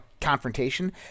confrontation